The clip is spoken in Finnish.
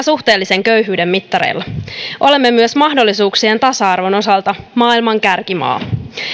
suhteellisen köyhyyden mittareilla olemme myös mahdollisuuksien tasa arvon osalta maailman kärkimaa